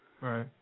Right